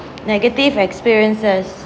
negative experiences